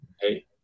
Hey